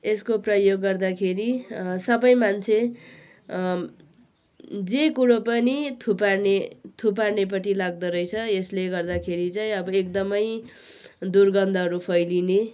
यसको प्रयोग गर्दाखेरि सबै मान्छे जे कुरो पनि थुपार्ने थुपार्नेपट्टि लाग्दोरहेछ यसले गर्दाखेरि चाहिँ अब एकदमै दुर्गन्धहरू फैलिने